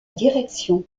direction